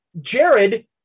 Jared